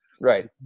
right